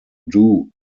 dew